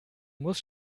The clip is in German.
muss